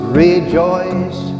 rejoice